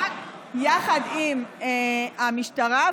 יחד עם המשטרה,